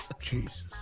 Jesus